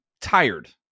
tired